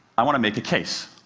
i want to make a case.